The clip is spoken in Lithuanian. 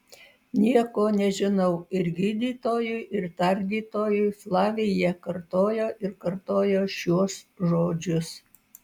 nieko nežinau ir gydytojui ir tardytojui flavija kartojo ir kartojo šiuos žodžius